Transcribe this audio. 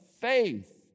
faith